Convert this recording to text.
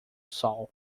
sol